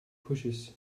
pushes